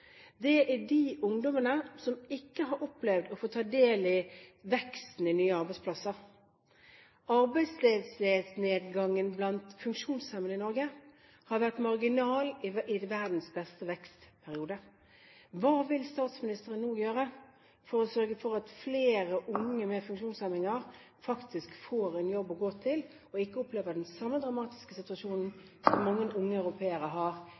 arbeidsledighetsnedgangen blant funksjonshemmede i Norge har vært marginal i verdens beste vekstperiode. Hva vil statsministeren nå gjøre for å sørge for at flere unge med funksjonshemninger faktisk får en jobb å gå til og ikke opplever den samme dramatiske situasjonen som mange unge europeere